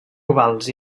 ovals